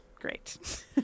great